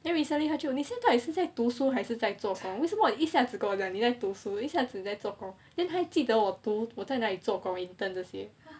then recently 他就你现在到底是在读书还是在做工为什么你一下子跟我讲你在读书一下子跟我讲你在做工 then 她还记得我读在哪里 intern 这些